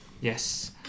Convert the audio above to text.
Yes